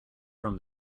from